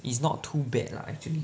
it's not too bad lah actually